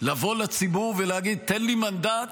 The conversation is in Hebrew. לבוא לציבור ולהגיד: תן לי מנדט